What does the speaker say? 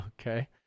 Okay